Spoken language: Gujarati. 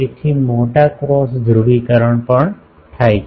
તેથી મોટા ક્રોસ ધ્રુવીકરણ પણ થાય છે